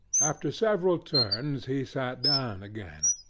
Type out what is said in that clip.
after several turns, he sat down again.